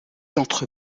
entre